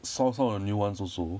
some some of the new ones also